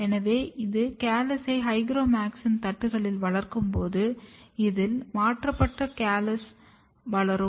எனவே இந்த கேல்ஸை ஹைக்ரோமைசின் தட்டுகளில் வளர்க்கும்போது இதில் மாற்றப்படும் கால்சஸ் வளரும்